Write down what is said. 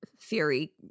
theory